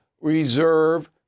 reserve